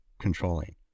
controlling